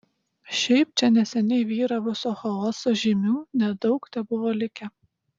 šiaip čia neseniai vyravusio chaoso žymių nedaug tebuvo likę